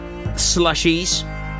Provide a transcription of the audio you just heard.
slushies